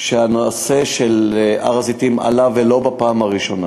שהנושא של הר-הזיתים עלה, ולא בפעם הראשונה.